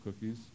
cookies